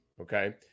okay